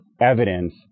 evidence